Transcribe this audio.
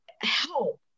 help